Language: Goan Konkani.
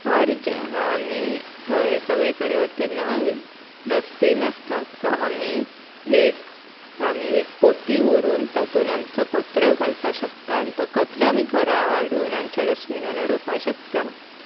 हर ज आमी थंय सगळे कडेन वता तेन्ना डस्टबीन आसतात सो आमी एक आमी एक पोती व्हरून तातूंत आमचो कचरो घालपाक शकता आनी तो कचरो आमी घरा हाडून आमच्या डस्टबिनान उडोवपाक शकता